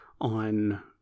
on